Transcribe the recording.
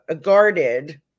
guarded